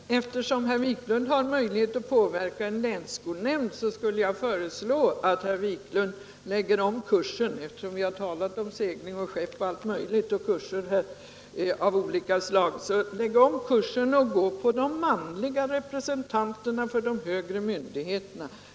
Herr talman! Eftersom herr Wiklund har möjlighet att påverka en länsskolnämnd föreslår jag att han lägger om kurs — vi har ju talat om segling och skepp och kurser av olika slag här — och inriktar sig på de manliga representanterna för de högre myndigheterna.